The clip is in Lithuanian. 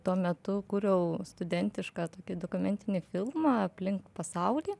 tuo metu kūriau studentišką tokį dokumentinį filmą aplink pasaulį